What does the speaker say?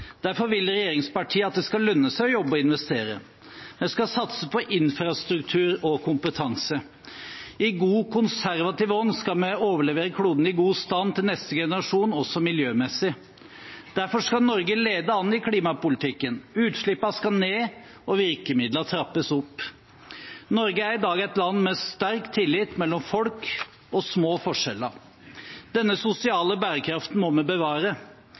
Derfor vil regjeringspartiene at det skal lønne seg å jobbe og investere. Vi skal satse på infrastruktur og kompetanse. I god konservativ ånd skal vi overlevere kloden i god stand til neste generasjon, også miljømessig. Derfor skal Norge lede an i klimapolitikken. Utslippene skal ned og virkemidlene trappes opp. Norge er i dag et land med sterk tillit mellom folk og små forskjeller. Denne sosiale bærekraften må vi bevare.